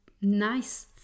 nice